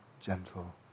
gentle